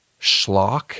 schlock